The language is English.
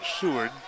Seward